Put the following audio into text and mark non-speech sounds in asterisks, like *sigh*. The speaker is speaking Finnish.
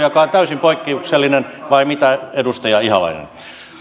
*unintelligible* joka on täysin poikkeuksellinen vai mitä edustaja ihalainen no niin